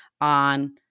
on